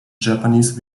japanese